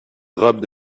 robe